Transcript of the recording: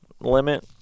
limit